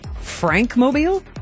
Frank-Mobile